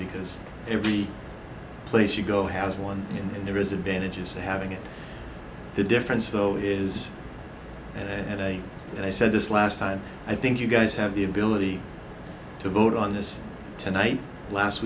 because every place you go has one and there is advantage of having it the difference though is and i and i said this last time i think you guys have the ability to vote on this tonight last